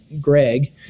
Greg